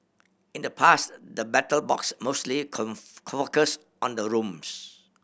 in the past the Battle Box mostly focused on the rooms